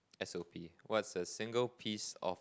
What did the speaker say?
S_O_P what is a single piece of